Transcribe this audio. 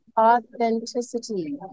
authenticity